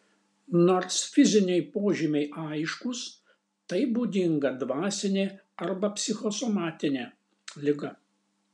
nors fiziniai požymiai aiškūs tai būdinga dvasinė arba psichosomatinė liga